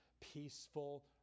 peaceful